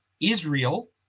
Israel